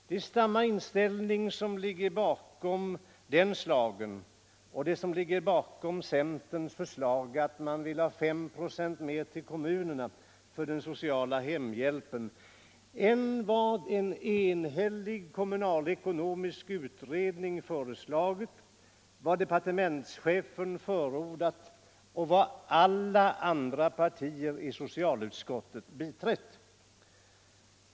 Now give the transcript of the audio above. Det är samma inställning som ligger bakom den schlagern och centerns förslag om fem procent mer till kommunerna för den sociala hemhjälpen än vad en enhällig kommunalekonomisk utredning föreslagit, departementschefen förordat och alla andra partier i socialutskottet biträtt.